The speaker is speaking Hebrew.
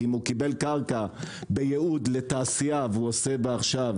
כי אם הוא קיבל קרקע בייעוד לתעשייה והוא עושה בה עכשיו